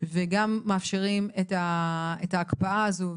וגם מאפשרים את ההקפאה הזו,